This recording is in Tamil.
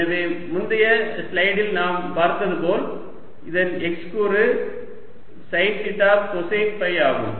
எனவே முந்தைய ஸ்லைடில் நாம் பார்த்தது போல் இதன் x கூறு சைன் தீட்டா கொசைன் ஃபை ஆகும்